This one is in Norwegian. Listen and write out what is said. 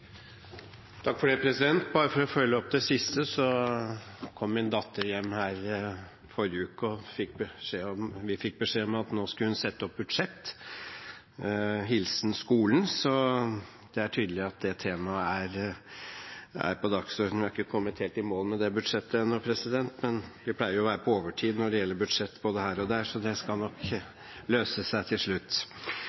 Bare for å følge opp det siste: Da min datter kom hjem i forrige uke, fikk vi beskjed om at nå skulle hun sette opp budsjett – hilsen skolen. Det er tydelig at det temaet er på dagsordenen. Vi er ikke kommet helt i mål med det budsjettet ennå, men vi pleier jo å være på overtid når det gjelder budsjett både her og der, så det skal nok